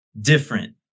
different